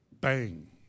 bang